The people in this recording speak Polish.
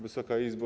Wysoka Izbo!